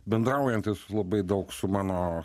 bendraujant su labai daug su mano